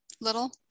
Little